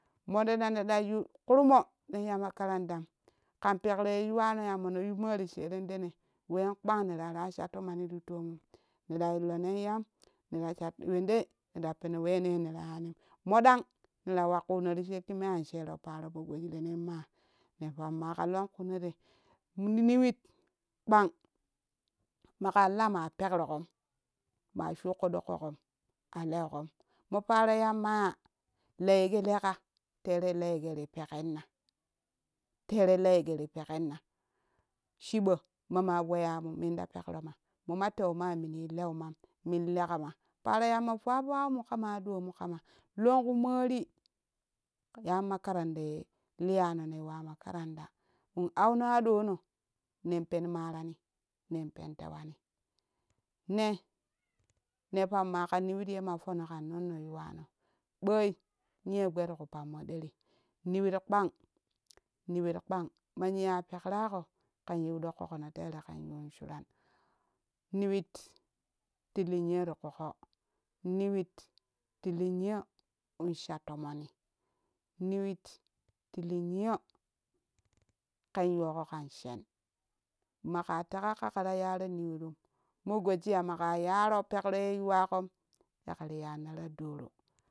Moɗaneda yu kurmo nen ya makarantam kan pekro ye yuwane ye mone yu mori sherendene wen kpan ne rara sha tomoni ti tomum neɗa illo nen yam nerasat wende nera peno wene nera yanin moɗan neɗa we kuno ti shekki me an shero paro peo gojire nem maa ne pamima ka lonkunore niwit kpan maka laa ma pekro ƙomma shikko ɗo kokan aleukom mo paaro yamma ya la yege leka terei la yegero pekirna tereila yeferi pekinna chibo mama weya mu mun ta pekro mamo ma tewo ma munai leuonan min lekama paro yamma fuuwa for aumu kama aɗomu kama lonku mori yan makaranda ye liyano ne yuwa makranda in nuno aɗono nen pen maraani nen pen tewani nee ne pamma ka niwit ye ma foonno kan nonno yuwano ɓoi nilo gba tipo pammo ɗeri niwit kpan niwit kpan ma niyo pekrako ken yiu ɗo kokone tere ken yon shuran niwit ti li niyo ti ƙoƙo niwit ti li niyo insha tomoni niwit tili niyo ken yoko ka shen maka teka kakera yaro niwitrim mo goji ya maka yaro pekro ye yuwa kom ya keri yanna ta doro